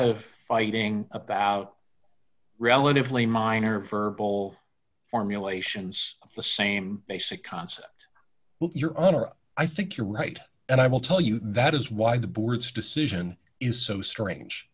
of fighting about relatively minor verbal formulations of the same basic concept your honor i think you're right and i will tell you that is why the board's decision is so strange